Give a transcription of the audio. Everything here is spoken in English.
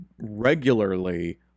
regularly